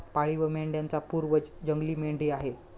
पाळीव मेंढ्यांचा पूर्वज जंगली मेंढी आहे